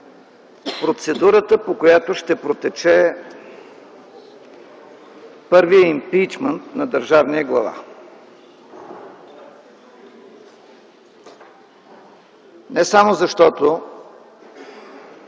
процедурата, по която ще протече първият импийчмънт на държавния глава? Не само защото